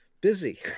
Busy